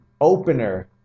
opener